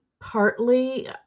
partly